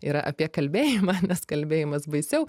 yra apie kalbėjimą nes kalbėjimas baisiau